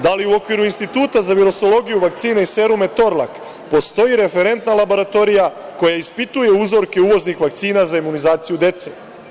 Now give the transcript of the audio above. Da li u okviru Instituta za virusologiju, vakcina i seruma „Torlak“, postoji referentna laboratorija koja ispituje uzorke uvoznih vakcina za imunizaciju dece?